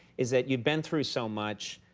is that you've been through so much,